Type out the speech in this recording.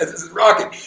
it's rocking.